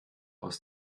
aus